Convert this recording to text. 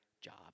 job